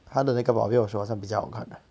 他的那个保镖的 show 好像比较好看 lah